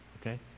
okay